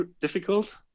difficult